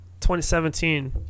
2017